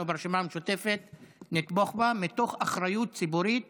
אנחנו ברשימה המשותפת נתמוך בה מתוך אחריות ציבורית